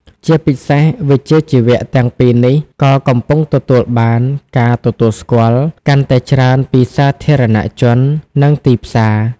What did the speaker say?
ជាពិសេស វិជ្ជាជីវៈទាំងពីរនេះក៏កំពុងទទួលបាន ការទទួលស្គាល់ កាន់តែច្រើនពីសាធារណជន និងទីផ្សារ។